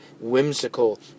whimsical